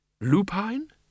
Lupine